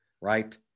right